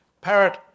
Parrot